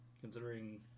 considering